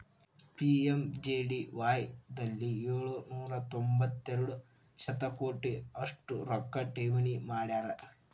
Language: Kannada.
ಪಿ.ಎಮ್.ಜೆ.ಡಿ.ವಾಯ್ ದಲ್ಲಿ ಏಳು ನೂರ ತೊಂಬತ್ತೆರಡು ಶತಕೋಟಿ ಅಷ್ಟು ರೊಕ್ಕ ಠೇವಣಿ ಮಾಡ್ಯಾರ